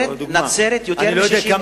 אני לא יודע כמה,